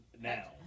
now